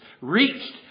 reached